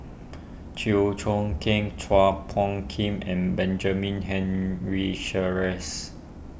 Chew Choo Keng Chua Phung Kim and Benjamin Henry Sheares